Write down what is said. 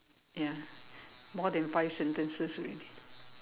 ya more than five sentences already